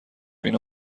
اینو